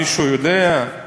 מישהו יודע?